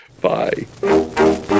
Bye